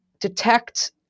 detect